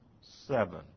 seven